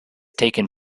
taken